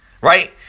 right